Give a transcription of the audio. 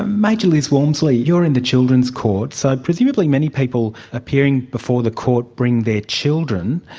major liz walmsley, you're in the children's court, so presumably many people appearing before the court bring their children.